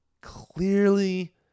clearly